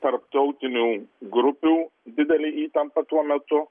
tarptautinių grupių didelė įtampa tuo metu